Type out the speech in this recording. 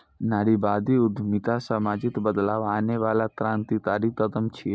नारीवादी उद्यमिता सामाजिक बदलाव आनै बला क्रांतिकारी कदम छियै